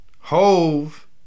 Hove